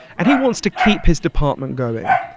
and he wants to keep his department going.